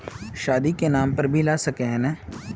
शादी के नाम पर भी ला सके है नय?